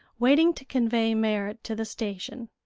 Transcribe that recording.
waiting to convey merrit to the station.